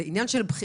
זה עניין של בחירה.